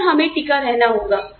जिस पर हमें टिके रहना होगा